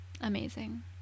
amazing